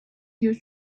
your